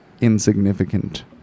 insignificant